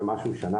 בסיום,